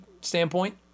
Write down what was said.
standpoint